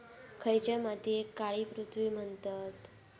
खयच्या मातीयेक काळी पृथ्वी म्हणतत?